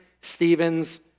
Stephen's